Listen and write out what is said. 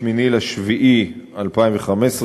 8 ביולי 2015,